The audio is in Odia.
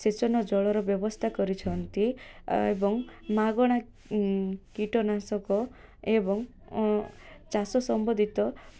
ସେଚନ ଜଳର ବ୍ୟବସ୍ଥା କରିଛନ୍ତି ଏବଂ ମାଗଣା କୀଟନାଶକ ଏବଂ ଚାଷ ସମ୍ବୋଧିତ